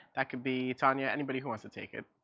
that could be tanya, anybody who wants to take it?